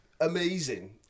amazing